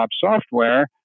software